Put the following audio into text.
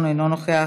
אינו נוכח,